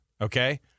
okay